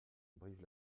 brive